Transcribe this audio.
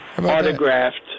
Autographed